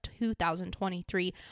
2023